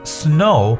snow